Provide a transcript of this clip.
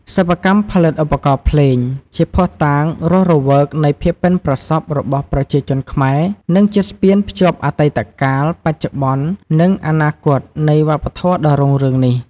សិប្បកម្មផលិតឧបករណ៍ភ្លេង ជាភស្តុតាងរស់រវើកនៃភាពប៉ិនប្រសប់របស់ប្រជាជនខ្មែរ និងជាស្ពានភ្ជាប់អតីតកាល បច្ចុប្បន្ន និងអនាគតនៃវប្បធម៌ដ៏រុងរឿងនេះ។